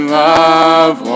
love